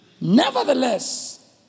Nevertheless